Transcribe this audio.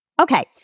Okay